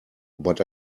but